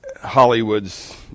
Hollywood's